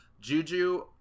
juju